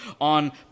on